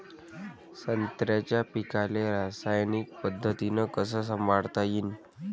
संत्र्याच्या पीकाले रासायनिक पद्धतीनं कस संभाळता येईन?